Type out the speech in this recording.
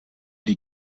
die